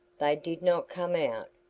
they did not come out.